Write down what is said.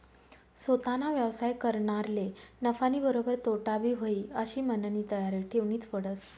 सोताना व्यवसाय करनारले नफानीबरोबर तोटाबी व्हयी आशी मननी तयारी ठेवनीच पडस